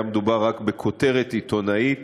היה מדובר רק בכותרת עיתונאית